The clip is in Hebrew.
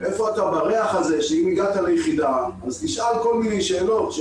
איפה אתה בריח הזה שאם הגעת ליחידה אז תשאל כל מיני שאלות.